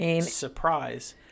surprise